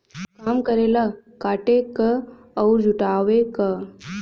काम करेला काटे क अउर जुटावे क